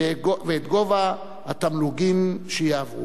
ואת גובה התמלוגים שיעברו.